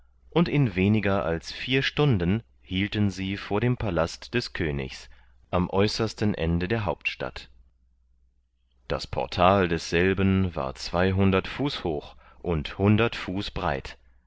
und in weniger als vier stunden hielten sie vor dem palast des königs am äußersten ende der hauptstadt das portal desselben war fuß hoch und hundert fuß breit